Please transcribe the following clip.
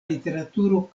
literaturo